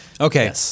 Okay